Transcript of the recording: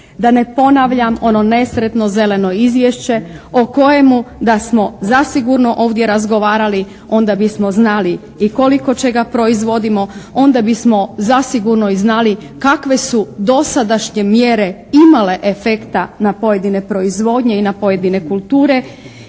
Da ne ponavljam ono nesretno zeleno izvješće o kojemu ga smo zasigurno ovdje razgovarali. Onda bismo znali i koliko čega proizvodimo, onda bismo zasigurno i znali kakve su dosadašnje mjere imale efekta na pojedine proizvodnje i na pojedine kulture.